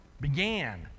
began